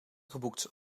geboekt